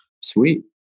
Sweet